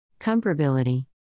Comparability